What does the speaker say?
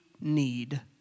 need